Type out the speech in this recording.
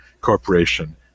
Corporation